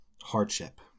hardship